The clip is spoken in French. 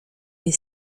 est